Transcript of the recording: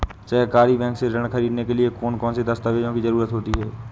सहकारी बैंक से ऋण ख़रीदने के लिए कौन कौन से दस्तावेजों की ज़रुरत होती है?